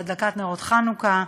בהדלקת נרות חנוכה,